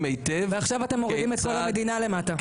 ועכשיו אתם מורידים את כל המדינה למטה.